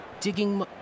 Digging